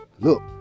look